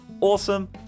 awesome